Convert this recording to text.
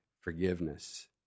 Forgiveness